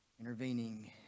intervening